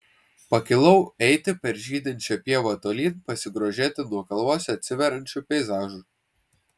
pakilau eiti per žydinčią pievą tolyn pasigrožėti nuo kalvos atsiveriančiu peizažu